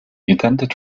intended